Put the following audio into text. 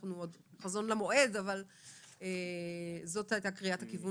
עוד חזון למועד אבל זאת הייתה קריאת הכיוון